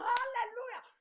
Hallelujah